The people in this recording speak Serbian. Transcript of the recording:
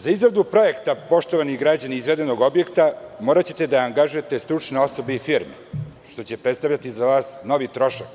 Za izradu projekta, poštovani građani, izvedenog objekta, moraćete da angažujete stručne osobe i firme, što će predstavljati za vas novi trošak